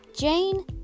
Jane